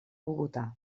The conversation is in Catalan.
bogotà